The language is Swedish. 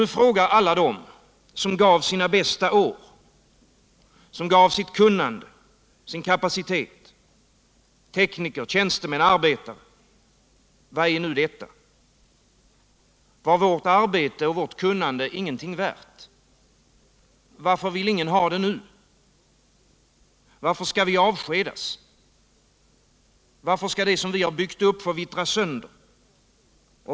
Nu frågar alla de som gav sina bästa år, sitt kunnande, sin kapacitet — tekniker, tjänstemän, arbetare: Vad är nu detta? Var vårt arbete och kunnande inget värt? Varför vill ingen ha det nu? Varför skall vi avskedas? Varför skall det vi byggt upp få vittra sönder?